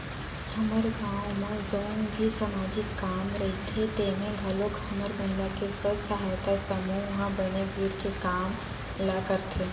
हमर गाँव म जउन भी समाजिक काम रहिथे तेमे घलोक हमर महिला स्व सहायता समूह ह बने भीड़ के काम ल करथे